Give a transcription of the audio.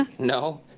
ah no?